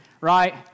right